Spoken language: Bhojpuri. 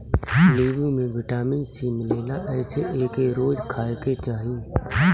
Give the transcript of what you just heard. नीबू में विटामिन सी मिलेला एसे एके रोज खाए के चाही